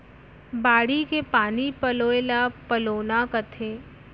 बाड़ी के पानी पलोय ल पलोना कथें